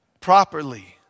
properly